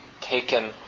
taken